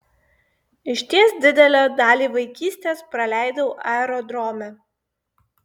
išties didelę dalį vaikystės praleidau aerodrome